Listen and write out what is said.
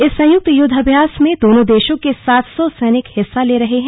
इस संयुक्त युद्धाभ्यास में दोनों देशों के सात सौ सैनिक हिस्सा ले रहे हैं